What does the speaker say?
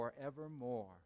forevermore